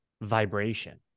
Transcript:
vibration